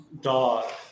Dog